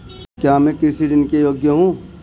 क्या मैं कृषि ऋण के योग्य हूँ?